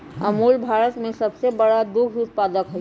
अमूल भारत में सबसे बड़ा दूध उत्पादक हई